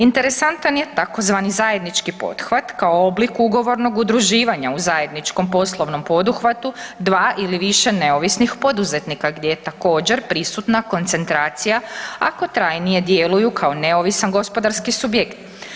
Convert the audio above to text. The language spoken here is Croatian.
Interesantan je tzv. zajednički pothvat kao oblik ugovornog udruživanja u zajedničkom poslovnom poduhvatu, 2 ili više neovisnih poduzetnika gdje je također prisutna koncentracija ako trajnije djeluju kao neovisan gospodarski subjekt.